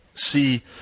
see